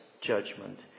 judgment